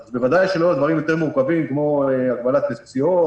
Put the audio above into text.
אז בוודאי שלא על דברים יותר מורכבים כמו הגבלת נסיעות,